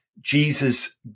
Jesus